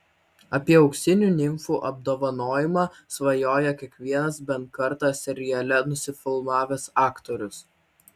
apie auksinių nimfų apdovanojimą svajoja kiekvienas bent kartą seriale nusifilmavęs aktorius